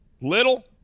little